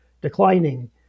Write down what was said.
declining